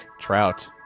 Trout